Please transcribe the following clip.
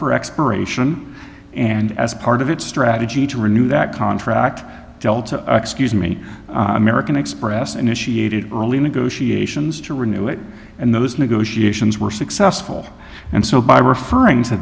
for expiration and as part of its strategy to renew that contract delta excuse me american express initiated early negotiations to renew it and those negotiations were successful and so by referring to